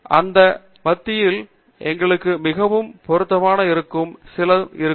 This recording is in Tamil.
மற்றும் அந்த மத்தியில் எங்களுக்கு மிகவும் பொருத்தமான இருக்கும் சிலது இருக்கும்